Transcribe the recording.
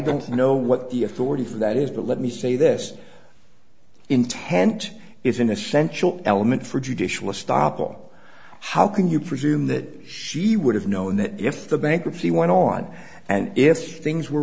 don't know what the authority for that is but let me say this intent is an essential element for judicial stoppel how can you presume that she would have known that if the bankruptcy went on and if things were